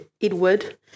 Edward